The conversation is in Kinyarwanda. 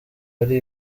ari